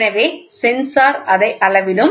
எனவே சென்சார் அதை அளவிடும்